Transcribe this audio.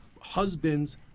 husband's